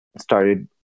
started